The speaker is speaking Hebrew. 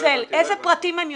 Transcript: לא הבנתי.